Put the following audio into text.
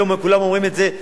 היום כולם אומרים את זה,